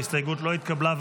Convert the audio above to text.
ההסתייגות לא התקבלה.